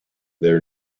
their